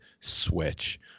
switch